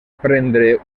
prendre